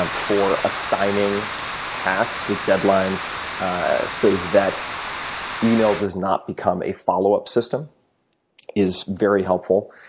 um for assigning tasks with deadlines so that email does not become a follow-up system is very helpful.